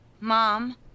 Mom